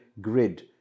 grid